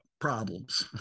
problems